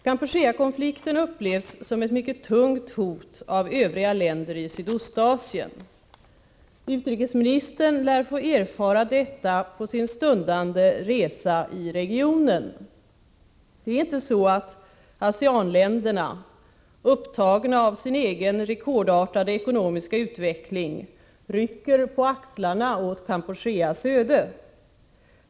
Kampuchea-konflikten upplevs som ett mycket tungt hot av övriga länder i Sydostasien. Utrikesministern lär få erfara detta på sin stundande resa i regionen. Det är inte så att ASEAN-länderna, upptagna av sin egen rekordartade ekonomiska utveckling, rycker på axlarna åt Kampucheas öde.